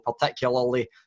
particularly